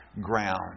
ground